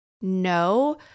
no